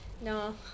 no